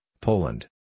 Poland